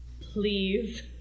Please